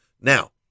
now